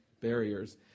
barriers